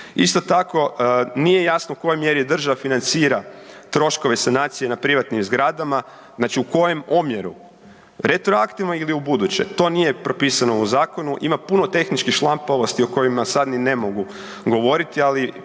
Isto tako, nije jasno u kojoj mjeri država financira troškove sanacije na privatnim zgradama, znači u kojem omjeru, retroaktivno ili ubuduće, to nije propisano u zakonu, ima puno tehničkih šlampavosti o kojima sad ni ne mogu govoriti, ali